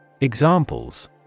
Examples